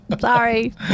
Sorry